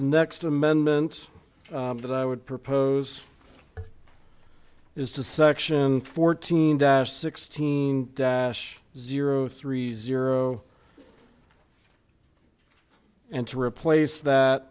next amendment that i would propose is to section fourteen dash sixteen dash zero three zero and to replace that